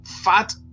fat